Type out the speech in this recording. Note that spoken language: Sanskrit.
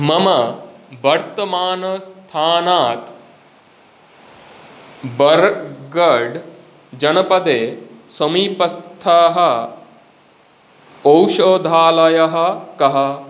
मम वर्तमानस्थानात् बर्गढ़् जनपदे समीपस्थः औषधालयः कः